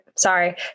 sorry